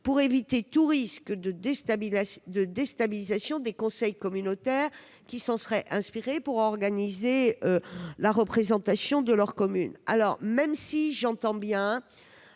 pour éviter tout risque de déstabilisation des conseils communautaires qui s'en seraient inspirés pour organiser la représentation de leurs communes. Même si je n'ignore